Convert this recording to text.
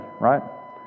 right